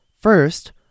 First